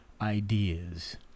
ideas